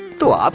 to um